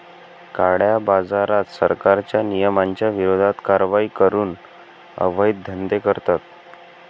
काळ्याबाजारात, सरकारच्या नियमांच्या विरोधात कारवाई करून अवैध धंदे करतात